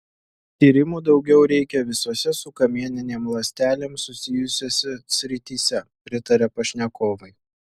tyrimų daugiau reikia visose su kamieninėm ląstelėm susijusiose srityse pritaria pašnekovai